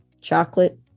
chocolate